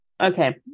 Okay